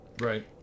Right